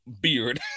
beard